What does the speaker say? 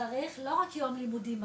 צריך לא רק יום לימודים ארוך,